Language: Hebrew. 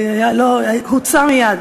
לא, הוצא מייד.